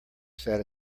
sat